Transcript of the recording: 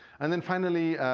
and then finally,